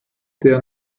der